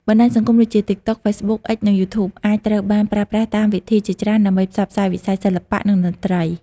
បណ្ដាញសង្គមដូចជា តិកតុក, ហ្វេសបុក, អុិច និង យូធូប អាចត្រូវបានប្រើប្រាស់តាមវិធីជាច្រើនដើម្បីផ្សព្វផ្សាយវិស័យសិល្បៈ និងតន្ត្រី។